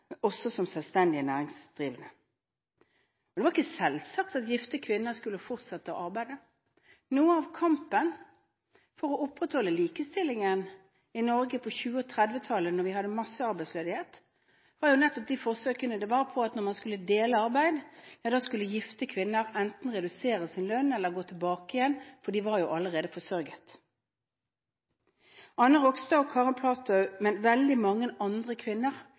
også som selvstendig næringsdrivende. Det var ikke selvsagt at gifte kvinner skulle fortsette å arbeide. Noe av kampen for å opprettholde likestillingen i Norge på 1920- og 1930-tallet, da vi hadde massearbeidsledighet, var nettopp forsøkene på at man skulle dele arbeid. Gifte kvinner skulle enten redusere sin lønn eller slutte, for de var allerede forsørget. Anna Rogstad, Karen Platou og veldig mange andre kvinner